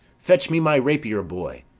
fetch me my rapier, boy.